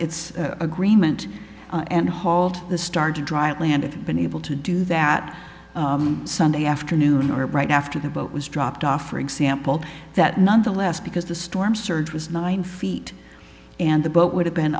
its agreement and halt the start to dry land if you've been able to do that sunday afternoon or right after the vote was dropped off for example that nonetheless because the storm surge was nine feet and the boat would have been